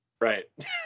Right